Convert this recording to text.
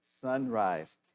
sunrise